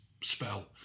spell